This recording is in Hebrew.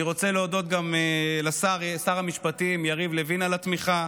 אני רוצה להודות גם לשר המשפטים יריב לוין על התמיכה,